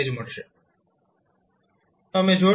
97 V મળશે